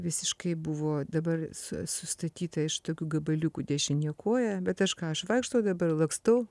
visiškai buvo dabar su sustatyta iš tokių gabaliukų dešinė koja bet aš ką aš vaikštau dabar lakstau